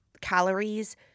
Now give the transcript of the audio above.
calories